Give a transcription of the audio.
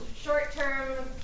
short-term